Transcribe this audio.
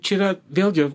čia yra vėlgi